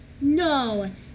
No